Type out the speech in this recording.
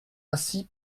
ainsi